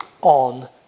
on